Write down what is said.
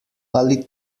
ali